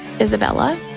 Isabella